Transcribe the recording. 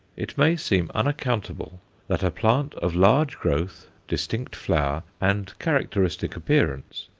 it may seem unaccountable that a plant of large growth, distinct flower, and characteristic appearance,